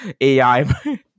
AI